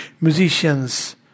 musicians